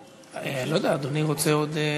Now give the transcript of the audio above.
אשר, כאמור, ניתנת להשגה היום,